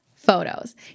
Photos